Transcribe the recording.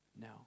No